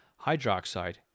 hydroxide